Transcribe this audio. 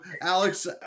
Alex